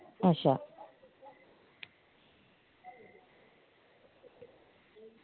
अच्छा